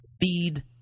feed